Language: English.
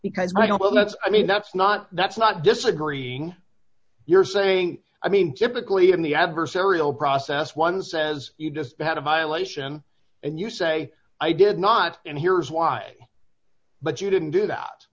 let's i mean that's not that's not disagreeing you're saying i mean jeff occleve in the adversarial process one says you just had a violation and you say i did not and here's why but you didn't do that